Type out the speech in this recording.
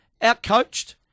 Outcoached